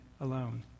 alone